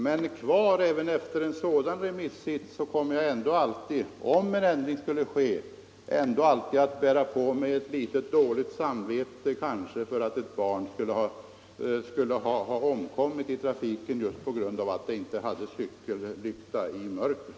Men även efter en sådan remissbehandling, och om en ändring skulle ske i anledning därav, kommer jag ändå alltid att känna dåligt samvete för att något barn kanske skulle omkomma i trafiken just på grund av att det inte hade haft tänd cykellykta i mörkret.